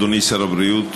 אדוני שר הבריאות,